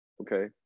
okay